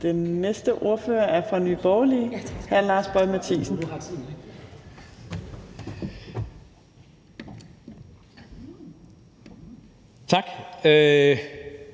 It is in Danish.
den næste ordfører er fra Nye Borgerlige, hr. Lars Boje Mathiesen.